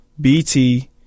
BT